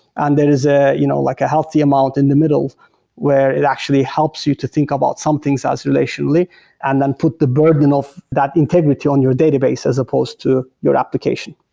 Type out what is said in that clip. and is ah you know like a healthy amount in the middle where it actually helps you to think about some things as relationally and then put the burden of that integrity on your database as supposed to your application,